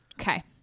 Okay